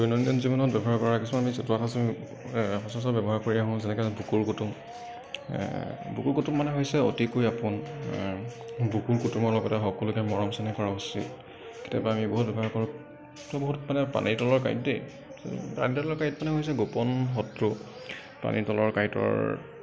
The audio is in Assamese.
দৈনন্দিন জীৱনত ব্যৱহাৰ কৰা কিছমান আমি জতুৱাথাচ আমি এই সচৰাচৰ ব্যৱহাৰ কৰি আহোঁ যেনেকে বুকুৰ কুটুম বুকুৰ কুটুম মানে হৈছে অতিকৈ আপোন বুকুৰ কুটুমৰ লগতে সকলোকে মৰম চেনেহ কৰা উচিত কেতিয়াবা আমি বহুত ব্যৱহাৰ কৰোঁ বহুত মানে পানী তলৰ কাঁইট দেই পানীৰ তলৰ কাঁইট মানে হৈছে গোপন শত্ৰু পানীৰ তলৰ কাঁইটৰ